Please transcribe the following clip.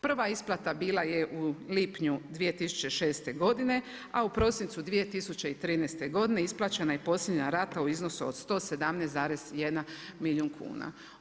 Prva isplata bila je u lipnju 2006. godine, a u prosincu 2013. godine isplaćena je posljednja rata u iznosu od 117,1 milijun kuna.